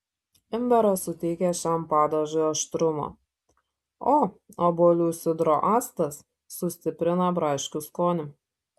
imbieras suteikia šiam padažui aštrumo o obuolių sidro actas sustiprina braškių skonį